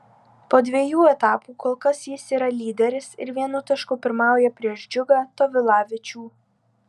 po dviejų etapų kol kas jis yra lyderis ir vienu tašku pirmauja prieš džiugą tovilavičių